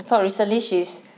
I thought recently she's